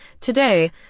Today